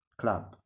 club